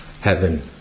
heaven